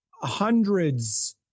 hundreds